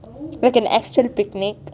like an actual picnic